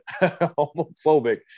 homophobic